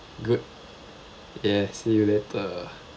good ya see you later